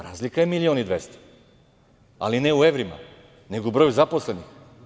Razlika je milion i dvesta, ali ne u evrima, nego u broju zaposlenih.